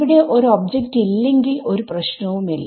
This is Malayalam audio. അവിടെ ഒരു ഒബ്ജക്റ്റ് ഇല്ലെങ്കിൽ ഒരു പ്രശനവും ഇല്ല